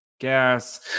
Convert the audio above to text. gas